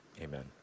Amen